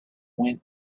went